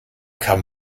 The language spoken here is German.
kann